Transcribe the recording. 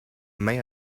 may